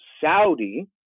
Saudi